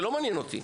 זה לא מעניין אותי.